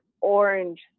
orange